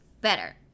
better